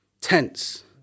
tense